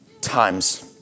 times